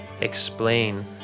explain